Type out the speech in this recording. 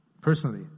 Personally